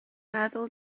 meddwl